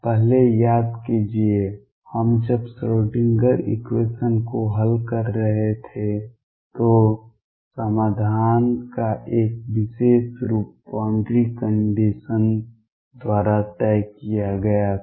पहले याद कीजिए जब हम श्रोडिंगर इक्वेशन को हल कर रहे थे तो समाधान का एक विशेष रूप बाउंड्री कंडीशन द्वारा तय किया गया था